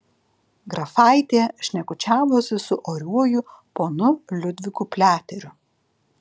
grafaitė šnekučiavosi su oriuoju ponu liudviku pliateriu